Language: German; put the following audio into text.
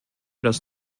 das